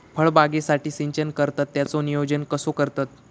फळबागेसाठी सिंचन करतत त्याचो नियोजन कसो करतत?